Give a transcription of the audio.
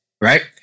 Right